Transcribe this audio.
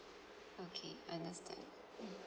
okay understand mm